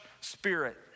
spirit